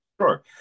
Sure